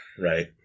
right